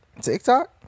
TikTok